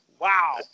Wow